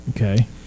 Okay